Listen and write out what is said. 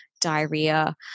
diarrhea